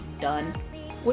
done